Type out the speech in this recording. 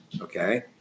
okay